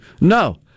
No